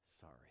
sorry